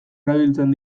erabiltzen